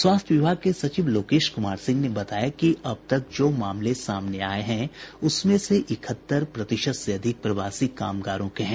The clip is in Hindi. स्वास्थ्य विभाग के सचिव लोकेश कुमार सिंह ने बताया कि अब तक जो मामले सामने आये हैं उसमें से इकहत्तर प्रतिशत से अधिक प्रवासी कामगारों के हैं